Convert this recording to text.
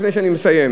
לפני שאני מסיים: